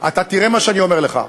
תראה מה אני אומר לך: